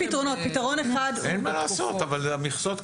אין מה לעשות, אבל המכסות קיימות.